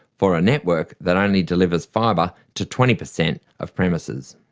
for a network that only delivers fibre to twenty percent of premises.